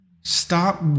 Stop